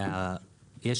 בבקשה.